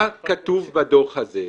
מה כתוב בדוח הזה?